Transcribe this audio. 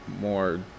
more